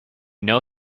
know